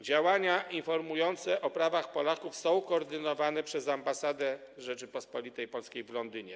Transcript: Działania informujące o prawach Polaków są koordynowane przez ambasadę Rzeczypospolitej Polskiej w Londynie.